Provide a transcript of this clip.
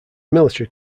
military